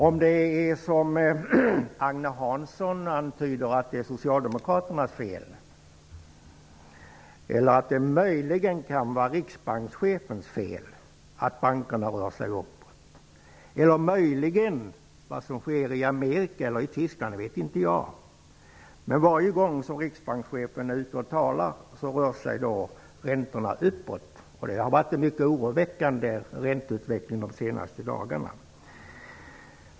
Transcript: Om det är så att det är Socialdemokraternas fel, som Agne Hansson antyder, eller om det möjligen kan vara riksbankschefens fel att räntorna rör sig uppåt, om det beror på vad som sker i Amerika eller i Tyskland, vet inte jag. Men varje gång som riksbankschefen är ute och talar rör sig räntorna uppåt. Det har varit en mycket oroväckande ränteutveckling de senaste dagarna.